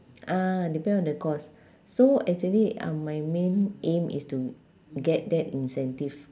ah depend on the course so actually um my main aim is to get that incentive